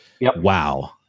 wow